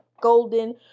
golden